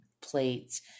plates